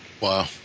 Wow